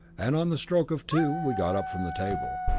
and on the stroke of two we got up from the table.